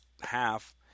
half